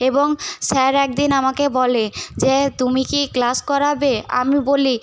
এবং স্যার এক দিন আমাকে বলে যে তুমি কি ক্লাস করাবে আমি বলি